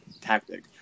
tactic